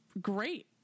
great